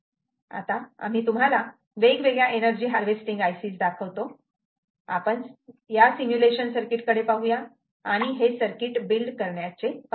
आता आम्ही तुम्हाला वेगवेगळ्या एनर्जी हार्वेस्टिंग ICs दाखवतो आपण या सिम्युलेशन सर्किट कडे पाहू आणि हे सर्किट बिल्ड करण्याचे पाहू